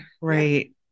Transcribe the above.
Right